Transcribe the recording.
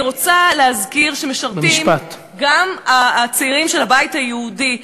אני רוצה להזכיר שמשרתים גם הצעירים של הבית היהודי,